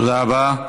תודה רבה.